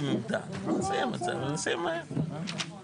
מי בעד